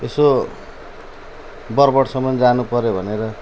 यसो बरबोटसम्म जानुपऱ्यो भनेर